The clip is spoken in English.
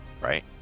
right